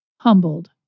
humbled